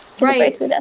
Right